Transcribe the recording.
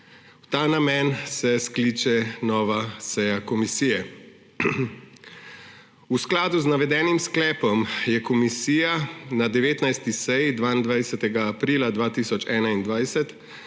V ta namen se skliče nova seja komisije. V skladu z navedenim sklepom je komisija na 19. seji 22. aprila 2021